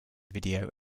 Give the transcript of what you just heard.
video